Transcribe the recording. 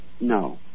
no